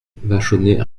vachonnet